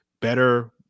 better –